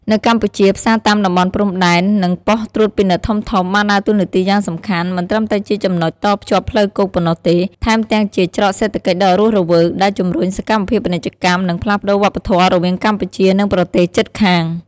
នៅកម្ពុជា ផ្សារតាមតំបន់ព្រំដែន និងប៉ុស្តិ៍ត្រួតពិនិត្យធំៗបានដើរតួនាទីយ៉ាងសំខាន់ មិនត្រឹមតែជាចំណុចតភ្ជាប់ផ្លូវគោកប៉ុណ្ណោះទេ ថែមទាំងជា ច្រកសេដ្ឋកិច្ចដ៏រស់រវើក ដែលជំរុញសកម្មភាពពាណិជ្ជកម្ម និងផ្លាស់ប្តូរវប្បធម៌រវាងកម្ពុជា និងប្រទេសជិតខាង។